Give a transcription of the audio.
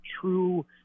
true